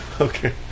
Okay